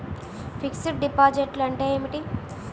Fixed డిపాజిట్లు అంటే ఏమిటి?